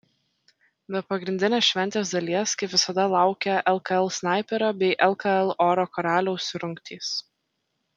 be pagrindinės šventės dalies kaip visada laukia lkl snaiperio bei lkl oro karaliaus rungtys